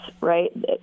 right